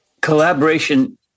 collaboration